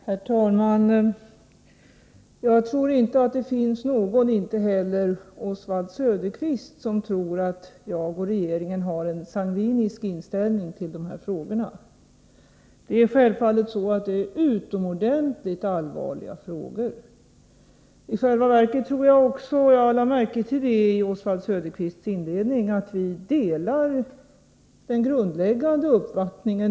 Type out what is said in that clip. Herr talman! Jag tror inte att det finns någon som tror att jag och regeringen har en sangvinisk inställning till dessa frågor. Jag tror inte heller att Oswald Söderqvist gör det. Självfallet är det utomordentligt allvarliga frågor. I själva verket tror jag att Oswald Söderqvist och jag har samma grundläggande uppfattning — jag lade märke till det i Oswald Söderqvists inledning.